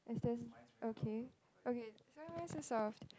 is this okay okay so am I still soft